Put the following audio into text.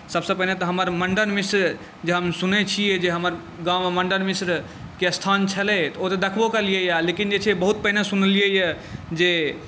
सभसँ पहिने तऽ हमर मण्डन मिश्र जे हम सुनैत छियै जे हमर गाँवमे मण्डन मिश्रके स्थान छलै तऽ ओ तऽ देखबो केलियैए लेकिन जे छै बहुत पहिने सुनलियैए जे